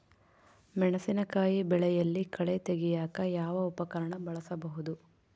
ಮೆಣಸಿನಕಾಯಿ ಬೆಳೆಯಲ್ಲಿ ಕಳೆ ತೆಗಿಯಾಕ ಯಾವ ಉಪಕರಣ ಬಳಸಬಹುದು?